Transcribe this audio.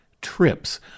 trips